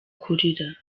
kurira